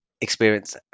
experience